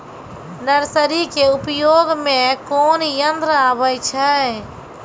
Nursery के उपयोग मे कोन यंत्र आबै छै?